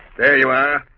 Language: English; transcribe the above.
there you are